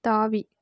தாவி